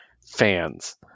fans